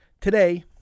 Today